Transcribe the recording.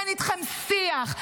ואין איתכם שיח,